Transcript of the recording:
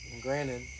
granted